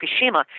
Fukushima